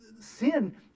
Sin